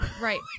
right